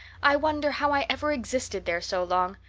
i wonder how i ever existed there so long.